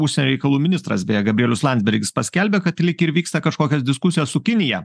užsienio reikalų ministras beje gabrielius landsbergis paskelbė kad lyg ir vyksta kažkokios diskusijos su kinija